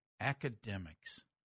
Academics